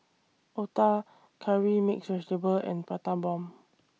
Otah Curry Mixed Vegetable and Prata Bomb